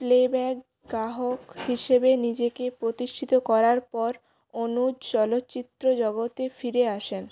playback গায়ক হিসেবে নিজেকে প্রতিষ্ঠিত করার পর অনুজ চলচ্চিত্র জগতে ফিরে আসেন